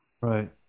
Right